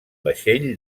vaixell